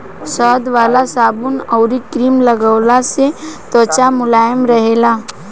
शहद वाला साबुन अउरी क्रीम लगवला से त्वचा मुलायम रहेला